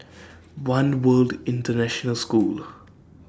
one World International School